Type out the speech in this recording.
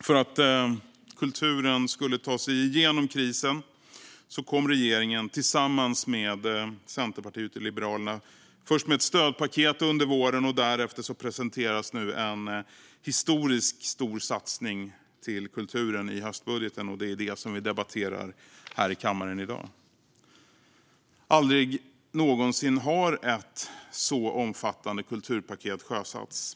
För att kulturen skulle ta sig igenom krisen kom regeringen, tillsammans med Centerpartiet och Liberalerna, först med ett stödpaket under våren. Därefter presenterades en historiskt stor satsning på kulturen i höstbudgeten, och det är det som vi debatterar här i kammaren i dag. Aldrig någonsin har ett så omfattande kulturpaket sjösatts.